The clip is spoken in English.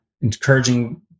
encouraging